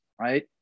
right